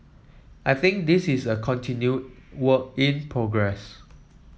I think this is a continued work in progress